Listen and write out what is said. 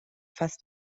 fast